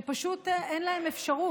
זה טיפה ארוך.